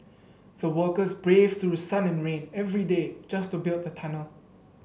the workers braved through sun and rain every day just to build the tunnel